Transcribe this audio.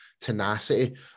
tenacity